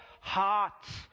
hearts